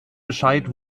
bescheid